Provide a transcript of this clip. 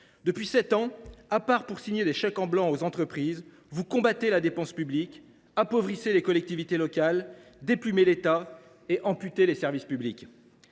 s’est agi de signer des chèques en blanc aux entreprises, vous combattez la dépense publique, appauvrissez les collectivités locales, déplumez l’État et amputez les services publics.